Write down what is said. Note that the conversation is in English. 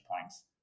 points